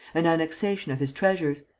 an annexation of his treasures.